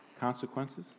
consequences